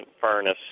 furnace